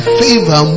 favor